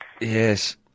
Yes